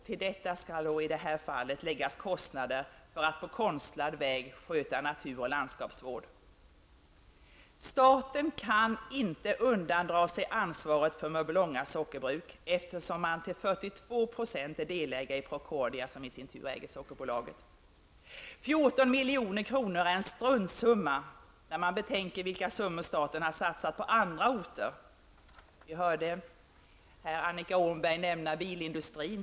Till detta skall i det här fallet läggas kostnaderna för att på ''konstlad'' väg sköta naturoch landskapsvård. Staten kan inte undandra sig ansvaret för är delägare i Procordia, som i sin tur äger Sockerbolaget. 14 milj.kr. är en struntsumma, när vi betänker vilka belopp staten har satsat på andra orter. Vi hörde Annika Åhnberg nämna bilindustrin.